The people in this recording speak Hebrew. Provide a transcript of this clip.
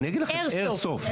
איירסופט.